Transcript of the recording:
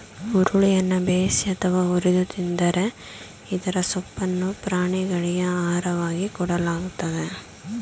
ಹುರುಳಿಯನ್ನ ಬೇಯಿಸಿ ಅಥವಾ ಹುರಿದು ತಿಂತರೆ ಇದರ ಸೊಪ್ಪನ್ನು ಪ್ರಾಣಿಗಳಿಗೆ ಆಹಾರವಾಗಿ ಕೊಡಲಾಗ್ತದೆ